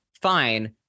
Fine